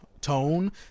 tone